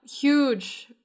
Huge